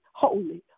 holy